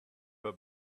her